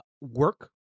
work